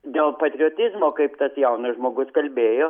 dėl patriotizmo kaip tas jaunas žmogus kalbėjo